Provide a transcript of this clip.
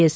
S